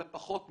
אלא פחות מזה.